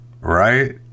right